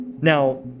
Now